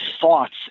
thoughts